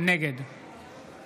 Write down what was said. נגד